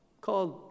called